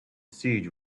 siege